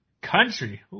Country